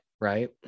right